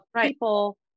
people